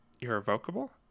irrevocable